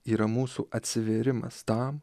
yra mūsų atsivėrimas tam